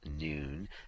noon